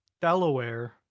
Delaware